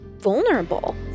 vulnerable